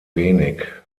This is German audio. wenig